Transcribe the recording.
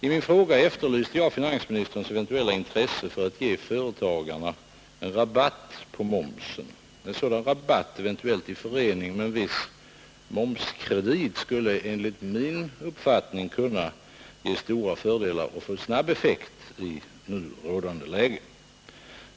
I min fråga efterlyste jag finansministerns eventuella intresse för att ge företagarna en rabatt på momsen. En sådan rabatt, eventuellt i förening med en viss momskredit, skulle enligt min uppfattning kunna ge stora fördelar och få snabb effekt i nuvarande läge.